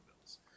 bills